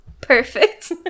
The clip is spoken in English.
Perfect